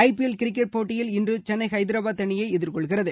IPL cricket போட்டியில் இன்று சென்னை ஹைதராபாத் அணியை எதிர்கொள்கிறது